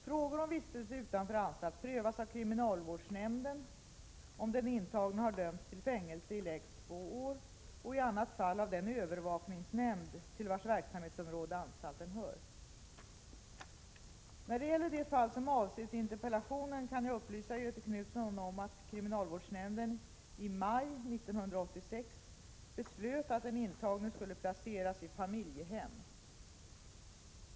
Frågor om vistelse utanför anstalt prövas av kriminalvårdsnämnden om den intagne har dömts till fängelse i lägst två år och i annat fall av den övervakningsnämnd till vars verksamhetsområde anstalten hör. När det gäller det fall som avses i interpellationen kan jag upplysa Göthe Knutson om att kriminalvårdsnämnden i maj 1986 beslöt att den intagne skulle placeras i familjehem.